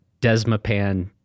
desmopan